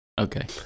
Okay